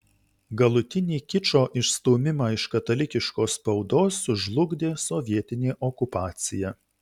galutinį kičo išstūmimą iš katalikiškos spaudos sužlugdė sovietinė okupacija